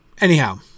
anyhow